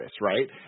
right